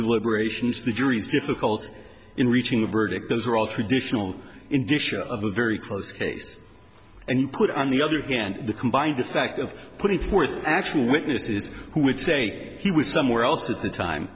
deliberations the jury's difficult in reaching a verdict those are all traditional indiction of a very close case and put on the other again the combined effect of putting forth actual witnesses who would say he was somewhere else at the time